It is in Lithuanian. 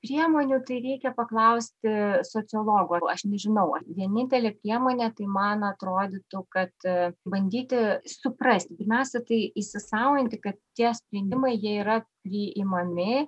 priemonių tai reikia paklausti sociologų aš nežinau vienintelė priemonė tai man atrodytų kad bandyti suprasti pirmiausia tai įsisąmoninti kad tie sprendimai jie yra priimami